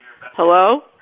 hello